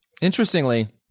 interestingly